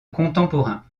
contemporain